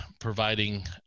providing